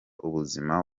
ubuzima